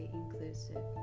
inclusive